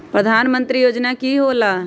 प्रधान मंत्री योजना कि होईला?